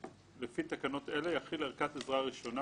לפי תקנות אלה יכיל ערכת עזרה ראשונה,